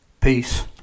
Peace